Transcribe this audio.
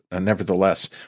nevertheless